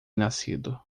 nascido